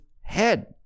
head